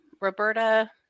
Roberta